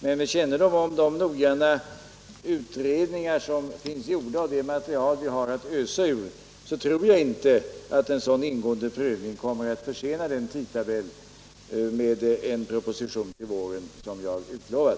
Men med kännedom om de noggranna utredningar som finns gjorda och det material som vi har att ösa ur tror jag inte att en sådan ingående prövning kommer att försena den tidtabell med en proposition till våren som jag har utlovat.